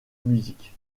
music